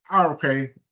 Okay